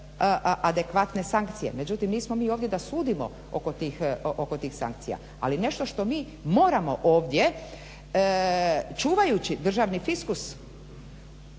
adekvatne sankcije. Međutim, nismo mi ovdje da sudimo oko tih sankcija ali nešto što mi moramo ovdje čuvajući državni fiskus